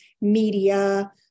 media